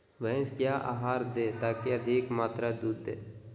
भैंस क्या आहार दे ताकि अधिक मात्रा दूध दे?